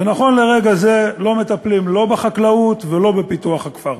ונכון לרגע זה לא מטפלים לא בחקלאות ולא בפיתוח הכפר.